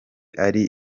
ari